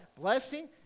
blessing